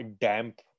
damp